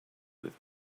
with